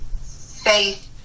faith